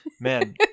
man